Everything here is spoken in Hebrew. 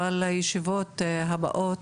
אבל לישיבות הבאות,